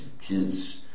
kids